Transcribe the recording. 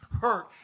hurt